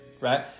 right